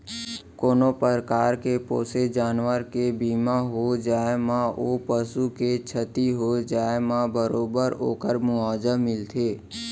कोनों परकार के पोसे जानवर के बीमा हो जाए म ओ पसु के छति हो जाए म बरोबर ओकर मुवावजा मिलथे